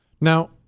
Now